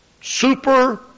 super